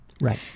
Right